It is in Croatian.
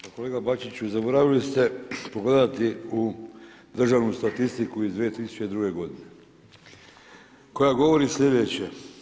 Pa kolega Bačiću zaboravili ste pogledati u državnu statistiku iz 2002. godine koja govori sljedeće.